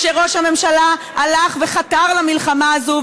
כשראש הממשלה הלך וחתר למלחמה הזו.